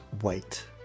wait